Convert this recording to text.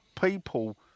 People